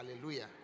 hallelujah